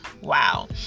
wow